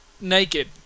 naked